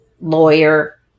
lawyer